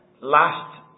last